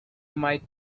might